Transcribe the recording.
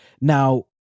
Now